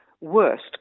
worst